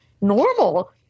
normal